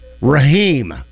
Raheem